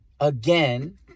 Again